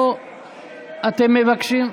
אתם מבקשים,